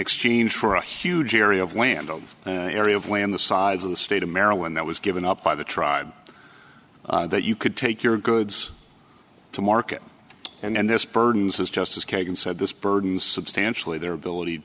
exchange for a huge area of land on an area of land the size of the state of maryland that was given up by the tribe that you could take your goods to market and this burdens as justice kagan said this burden substantially their ability